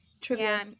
trivia